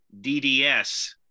DDS